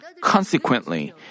Consequently